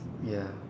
ya